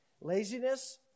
Laziness